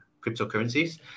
cryptocurrencies